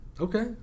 Okay